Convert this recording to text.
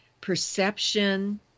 perception